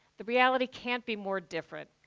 the reality can't be more different.